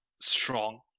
strong